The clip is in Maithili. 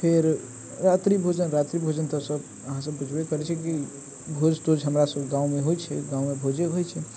फेर रात्रि भोजन रात्रि भोजन तऽ सब अहाँ बूझबे करैत छियै कि भोज तोज हमरा सब गाममे होइत छै गाँवमे भोजे होइत छै